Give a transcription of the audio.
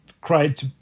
cried